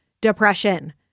depression